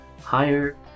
higher